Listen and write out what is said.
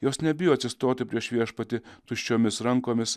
jos nebijo atsistoti prieš viešpatį tuščiomis rankomis